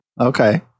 Okay